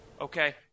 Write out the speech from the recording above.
Okay